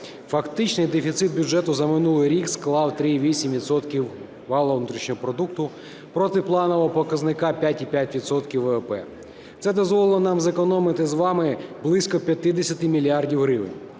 Фактичний дефіцит бюджету за минулий рік склав 3,8 відсотка валового внутрішнього продукту, проти планового показника 5,5 відсотка ВВП. Це дозволило нам зекономити з вами близько 50 мільярдів гривень.